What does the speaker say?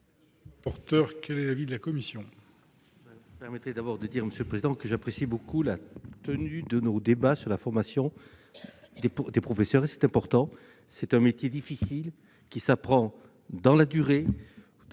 monde. Quel est l'avis de la commission ?